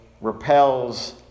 repels